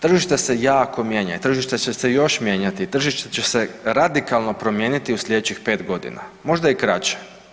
Tržište se jako mijenja, tržište će se još mijenjati, tržište će se radikalno promijeniti u sljedećih pet godina, možda i kraće.